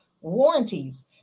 warranties